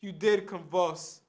you did come boss